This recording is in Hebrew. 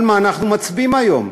על מה אנחנו מצביעים היום?